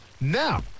Now